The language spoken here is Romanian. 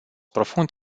profund